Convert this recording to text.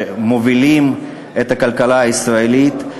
מובילים את הכלכלה הישראלית.